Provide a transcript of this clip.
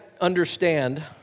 understand